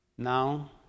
Now